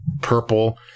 purple